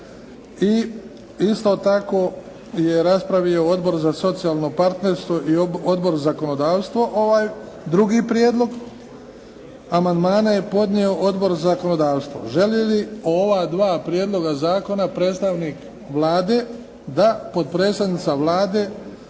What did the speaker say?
I isto tako je raspravio Odbor za socijalno partnerstvo i Odbor za zakonodavstvo ovaj drugi prijedlog. Amandmane je podnio Odbor za zakonodavstvo. Želi li ova dva prijedloga zakona predstavnik Vlade? Da. Potpredsjednica Vlade,